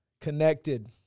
connected